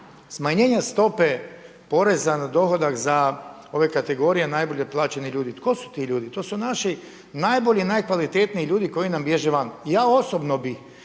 smanjenja stope poreza na dohodak za ove kategorije najbolje plaćenih ljudi. Tko su ti ljudi? To su naši najbolji, najkvalitetniji ljudi koji nam bježe van. I ja osobno bih